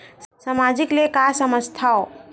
सामाजिक ले का समझ थाव?